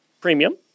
premium